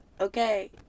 okay